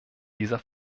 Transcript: dieser